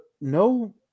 no